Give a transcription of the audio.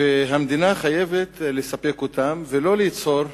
והמדינה חייבת לספק אותם, ולא ליצור